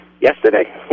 Yesterday